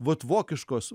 vat vokiškos